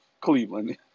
Cleveland